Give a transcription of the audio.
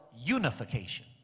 unification